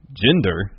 gender